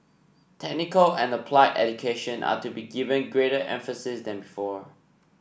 technical and applied education are to be given greater emphasis than before